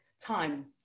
time